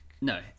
no